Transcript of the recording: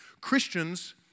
Christians